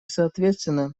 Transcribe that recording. соответственно